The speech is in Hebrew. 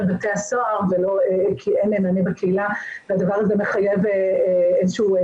בתי הסוהר כי אין להן מענה בקהילה והדבר הזה מחייב תיקון.